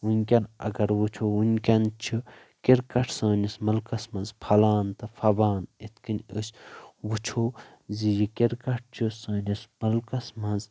وٕنکیٚن اگر وٕچھو وٕنکیٚن چھُ کِرکٹ سٲنس مُلکس منٛز پھلان تہٕ پھبان اِتھ کٔنۍ أسۍ وٕچھو زِ یہِ کِرکٹ چھُ سٲنس مُلکس منٛز